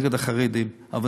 נגד החרדים, אבל